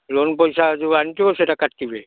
loan ପଇସା ଯେଉଁ ଆଣିଥିବୁ ସେଟା କାଟିବେ